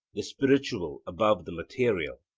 the spiritual above the material,